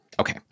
Okay